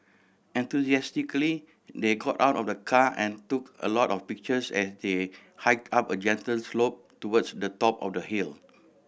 enthusiastically they got out of the car and took a lot of pictures as they hike up a gentle slope towards the top of the hill